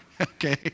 okay